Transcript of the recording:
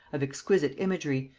of exquisite imagery,